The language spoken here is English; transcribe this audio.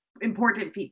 important